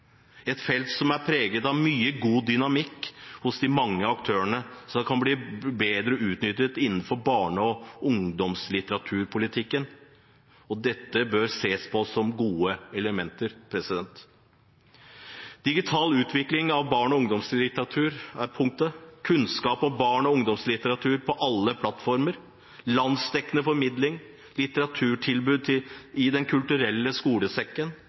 et felt som er preget av mye god dynamikk hos de mange aktørene, og som kan bli bedre utnyttet innenfor barne- og ungdomslitteraturpolitikken. Det bør ses på gode elementer som digital utvikling av barne- og ungdomslitteratur, kunnskap om barne- og ungdomslitteratur på alle plattformer, landsdekkende formidling, litteraturtilbudet i Den kulturelle skolesekken,